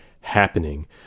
happening